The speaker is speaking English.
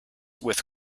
with